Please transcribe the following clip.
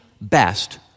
best